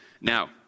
Now